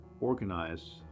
organize